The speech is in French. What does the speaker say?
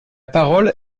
parole